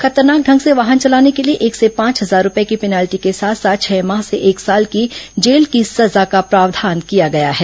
खतरनाक ढंग से वाहन चलाने के लिए एक से पांच हजार रूपये की पेनाल्टी के साथ साथ छह माह से एक साल की जेल की सजा का प्रावधान किया गया है